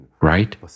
right